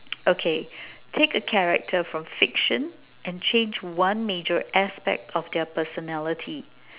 okay take a character from fiction and change one major aspect of their personality